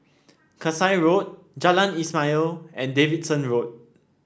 Kasai Road Jalan Ismail and Davidson Road